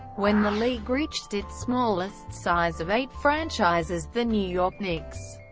when the league reached its smallest size of eight franchises the new york knicks,